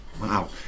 Wow